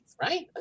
right